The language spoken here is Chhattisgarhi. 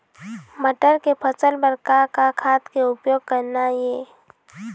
मटर के फसल बर का का खाद के उपयोग करना ये?